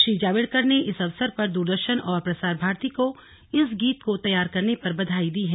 श्री जावडेकर ने इस अवसर पर दूरदर्शन और प्रसार भारती को इस गीत को तैयार करने पर बधाई दी है